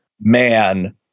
man